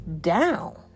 down